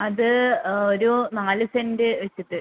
അത് ഒരു നാല് സെൻറ്റ് വെച്ചിട്ട്